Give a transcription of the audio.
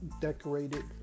decorated